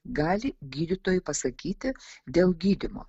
gali gydytojui pasakyti dėl gydymo